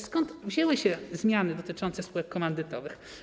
Skąd wzięły się zmiany dotyczące spółek komandytowych?